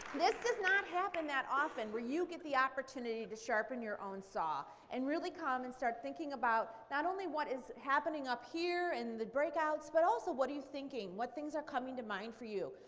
this does not happen that often where you get the opportunity to sharpen your own saw and really come and start thinking about not only what is happening up here and in the break outs but also what are you thinking, what things are coming to mind for you.